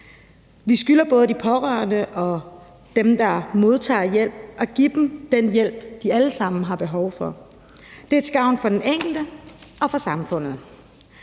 Vi skylder både de pårørende og dem, der modtager hjælp, at give dem den hjælp, de alle sammen har behov for. Det er til gavn for den enkelte og for samfundet.